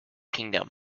kingdom